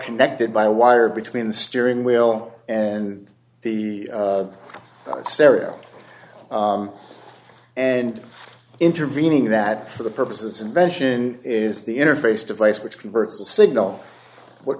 connected by a wire between the steering wheel and the stereo and intervening that for the purposes invention is the interface device which converts the signal what